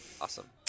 awesome